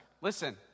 Listen